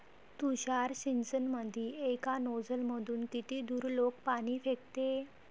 तुषार सिंचनमंदी एका नोजल मधून किती दुरलोक पाणी फेकते?